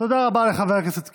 תודה רבה לחבר הכנסת קיש.